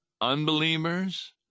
unbelievers